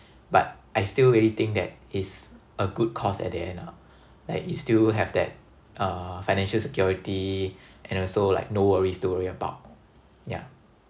but I still really think that it's a good cause at the end lah like it still have that uh financial security and also like no worries to worry about yeah